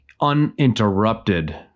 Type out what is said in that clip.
uninterrupted